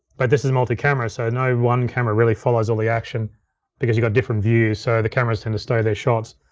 but this is multicamera, so no one camera really follows all the action because you got different views, so the cameras tend to stay with their shots.